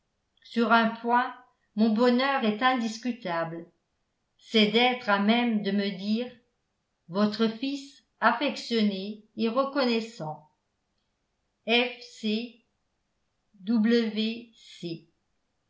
sur un point mon bonheur est indiscutable c'est d'être à même de me dire votre fils affectionné et reconnaissant